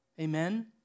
Amen